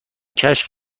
کشف